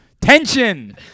Tension